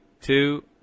two